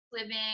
living